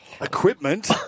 equipment